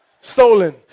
Stolen